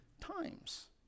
times